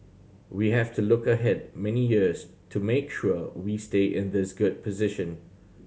we have to look ahead many years to make sure we stay in this good position